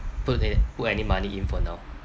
put in it put any money in for now